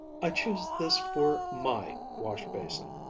i choose this for my wash-basin,